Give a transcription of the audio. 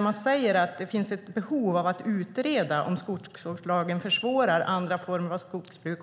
Man säger att det finns ett behov av att utreda om skogsvårdslagen försvårar andra former av skogsbruk.